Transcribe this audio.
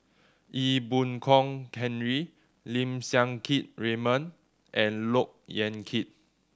Ee Boon Kong Henry Lim Siang Keat Raymond and Look Yan Kit